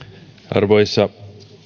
arvoisa